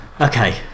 Okay